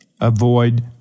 Avoid